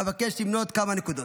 ואבקש למנות כמה נקודות.